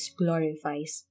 glorifies